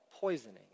poisoning